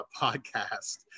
podcast